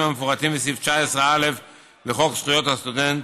המפורטים בסעיף 19א לחוק זכויות הסטודנט,